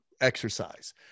exercise